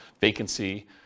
vacancy